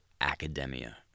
academia